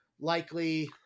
likely